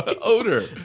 odor